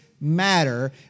matter